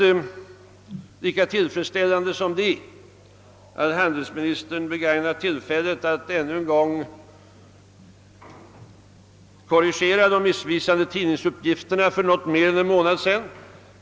Det är synnerligen tillfredsställande att handelsministern begagnar tillfället att ännu en gång korrigera de missvisande uppgifter som tidningarna innehöll för något mer än en månad sedan.